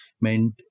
meant